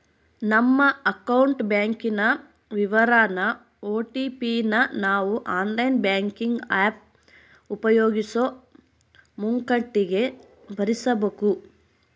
ನಮ್ಮ ಅಕೌಂಟ್ ಬ್ಯಾಂಕಿನ ವಿವರಾನ ಓ.ಟಿ.ಪಿ ನ ನಾವು ಆನ್ಲೈನ್ ಬ್ಯಾಂಕಿಂಗ್ ಆಪ್ ಉಪಯೋಗಿಸೋ ಮುಂಕಟಿಗೆ ಭರಿಸಬಕು